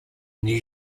new